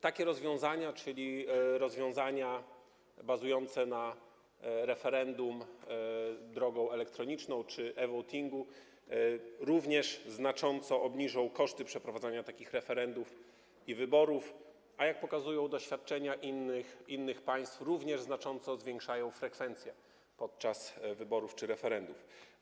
Takie rozwiązania, czyli rozwiązania bazujące na referendum drogą elektroniczną czy e-votingu, również znacząco obniżą koszty przeprowadzania takich referendów i wyborów, a jak pokazują doświadczenia innych państw, również znacząco zwiększą frekwencję podczas wyborów czy referendów.